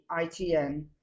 ITN